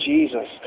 Jesus